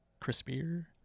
crispier